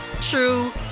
true